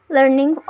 Learning